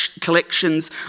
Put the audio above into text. collections